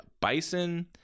Bison